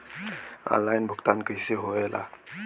Online भुगतान कैसे होए ला?